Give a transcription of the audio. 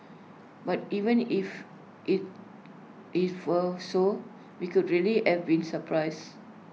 but even if IT if were so we could really have been surprised